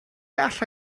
alla